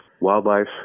wildlife